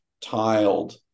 tiled